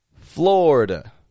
Florida